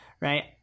right